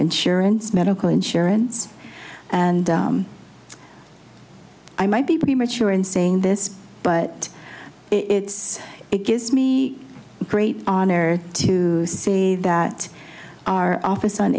insurance medical insurance and i might be premature in saying this but it's it gives me great honor to say that our office on